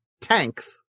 tanks